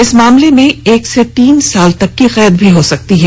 इस मामले में एक से तीन साल तक की कैद भी हो सकती है